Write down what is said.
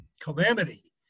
calamity